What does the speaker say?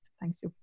thanks